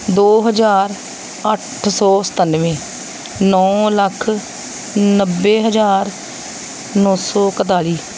ਦੋ ਹਜ਼ਾਰ ਅੱਠ ਸੌ ਸਤਾਨਵੇਂ ਨੌਂ ਲੱਖ ਨੱਬੇ ਹਜ਼ਾਰ ਨੌਂ ਸੌ ਇਕਤਾਲੀ